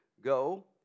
Go